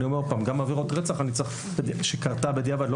אני אומר שוב שגם עבירת רצח שקרתה בדיעבד,